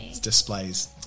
displays